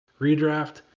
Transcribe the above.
Redraft